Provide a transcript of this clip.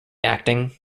acting